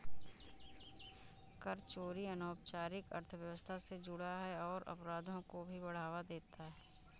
कर चोरी अनौपचारिक अर्थव्यवस्था से जुड़ा है और अपराधों को भी बढ़ावा देता है